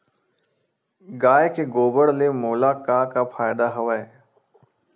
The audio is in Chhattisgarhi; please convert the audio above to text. गाय के गोबर ले मोला का का फ़ायदा हवय?